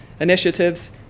initiatives